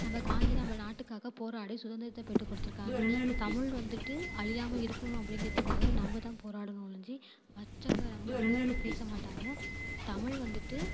நம்ம காந்தி நம்ம நாட்டுக்காக போராடி சுதந்திரத்தை பெற்றுக் கொடுத்துருக்காங்க தமிழ் வந்துட்டு அழியாம இருக்கணும் அப்படிங்கிறத்துக்காக நம்ம தான் போராடணும் ஒழிஞ்சி மற்றவங்க நமக்காக பேசமாட்டாங்க தமிழ் வந்துட்டு